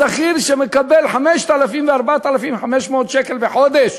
השכיר שמקבל 5,000 ו-4,500 שקל בחודש,